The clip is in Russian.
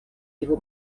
его